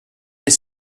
mes